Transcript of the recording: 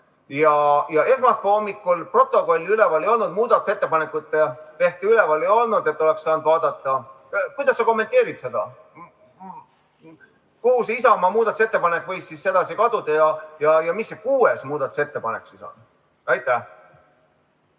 Esmaspäeva hommikul protokolli üleval ei olnud, muudatusettepanekute lehte üleval ei olnud, et oleks saanud vaadata. Kuidas sa kommenteerid seda? Kuhu see Isamaa muudatusettepanek võis sedasi kaduda ja mis see kuues muudatusettepanek siis on?